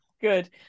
good